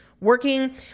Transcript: working